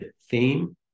theme